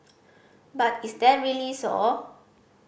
but is that really so